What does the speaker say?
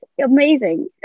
amazing